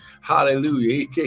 Hallelujah